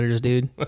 dude